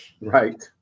Right